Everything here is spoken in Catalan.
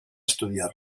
estudiar